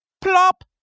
Plop